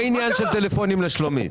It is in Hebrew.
לא, לא עניין של טלפונים לשלומית.